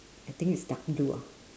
I think is dark blue ah